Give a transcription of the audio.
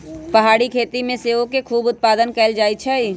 पहारी खेती में सेओ के खूब उत्पादन कएल जाइ छइ